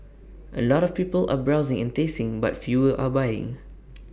A lot of people are browsing and tasting but fewer are buying